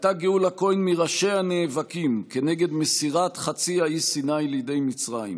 הייתה גאולה כהן מראשי הנאבקים כנגד מסירת חצי האי סיני לידי מצרים.